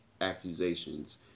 accusations